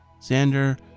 Xander